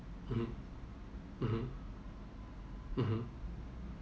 mmhmm mmhmm mmhmm